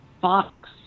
Fox